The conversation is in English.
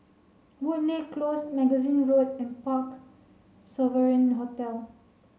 Woodleigh Close Magazine Road and Parc Sovereign Hotel